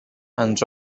and